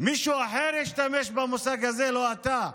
מישהו אחר השתמש במושג הזה, לא אתה.